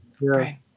Right